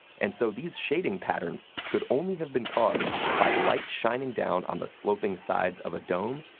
and so these shading patterns could only have been caused by light shining down on the sloping sides of a dome,